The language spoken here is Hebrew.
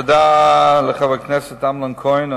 תודה לחבר הכנסת אמנון כהן.